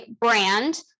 brand